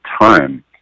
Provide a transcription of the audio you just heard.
time